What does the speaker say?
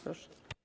Proszę.